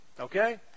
Okay